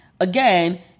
Again